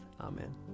Amen